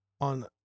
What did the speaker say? On